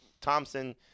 Thompson